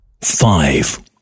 five